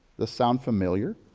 this sound familiar?